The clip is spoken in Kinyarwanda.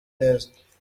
neza